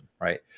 right